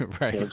Right